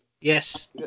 Yes